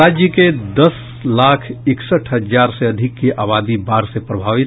और राज्य के दस लाख इकसठ हजार से अधिक की आबादी बाढ़ से प्रभावित